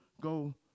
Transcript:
go